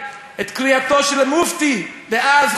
את קריאתו של המופתי דאז,